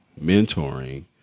mentoring